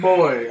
Boy